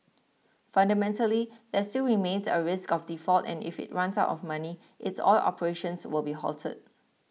fundamentally there still remains a risk of default and if it runs out of money its oil operations will be halted